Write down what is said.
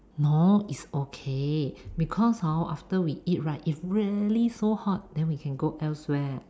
no is okay because hor after we eat right if really so hot then we can go elsewhere